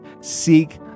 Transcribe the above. seek